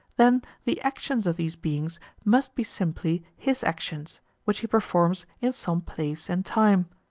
then the actions of these beings must be simply his actions which he performs in some place and time.